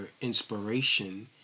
inspiration